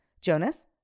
Jonas